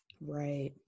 Right